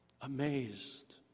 amazed